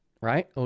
right